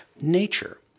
nature